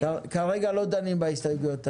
כרגע לא דנים בהסתייגויות האלה.